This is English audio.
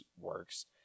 works